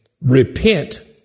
repent